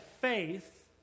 faith